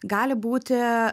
gali būti